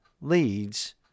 leads